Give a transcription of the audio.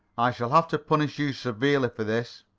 i shall have to punish you severely for this.